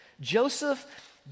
Joseph